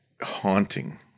haunting